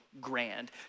grand